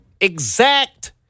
exact